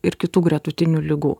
ir kitų gretutinių ligų